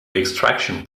extraction